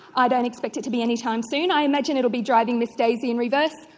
i don't expect it to be any time soon, i imagine it will be driving miss daisy in reverse,